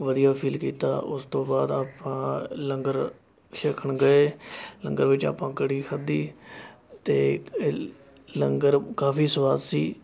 ਵਧੀਆ ਫੀਲ ਕੀਤਾ ਉਸ ਤੋਂ ਬਾਅਦ ਆਪਾਂ ਲੰਗਰ ਛਕਣ ਗਏ ਲੰਗਰ ਵਿੱਚ ਆਪਾਂ ਕੜ੍ਹੀ ਖਾਧੀ ਅਤੇ ਲੰਗਰ ਕਾਫੀ ਸਵਾਦ ਸੀ